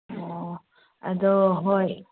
ꯑꯣ ꯑꯗꯣ ꯍꯣꯏ